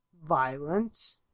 violent